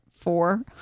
four